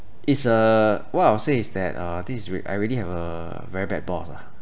it's a what I will say is that uh this is I really have a very bad boss ah